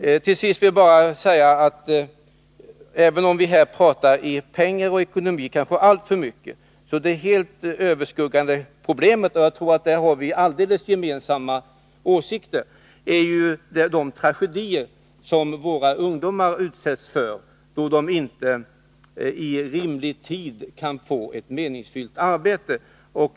Till sist: Även om vi här kanske alltför mycket pratar om pengar och ekonomi är det helt överskuggande problemet — jag tror att vi på den punkten har samma åsikt — de tragedier som våra ungdomar utsätts för då de inte i rimlig tid kan få ett meningsfyllt arbete.